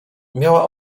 miała